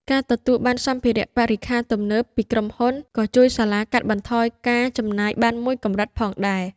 ការទទួលបានសម្ភារៈបរិក្ខារទំនើបពីក្រុមហ៊ុនក៏ជួយសាលាកាត់បន្ថយការចំណាយបានមួយកម្រិតផងដែរ។